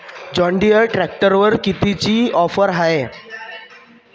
John Deere ट्रॅक्टरवर कितीची offer हाये?